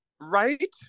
Right